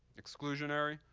exclusionary.